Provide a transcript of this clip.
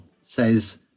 says